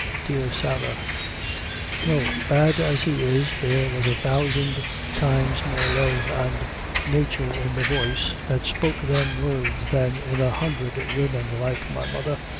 dear sarah' no, bad as he is, there was a thousand times more love and nature in the voice that spoke them words than in a hundred women like my mother,